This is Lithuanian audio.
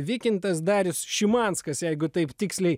vykintas darius šimanskas jeigu taip tiksliai